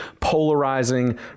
polarizing